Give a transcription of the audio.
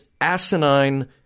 asinine